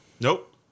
Nope